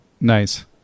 nice